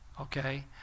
okay